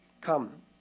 come